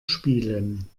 spielen